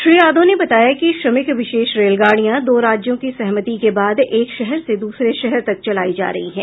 श्री यादव ने बताया कि श्रमिक विशेष रेलगाडियां दो राज्यों की सहमति के बाद एक शहर से दूसरे शहर तक चलाई जा रही हैं